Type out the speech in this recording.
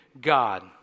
God